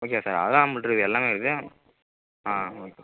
okay sir அதுதான் நம்மகிட்ட இருக்குது எல்லாமே இருக்குது ஆ ஓகே